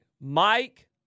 Mike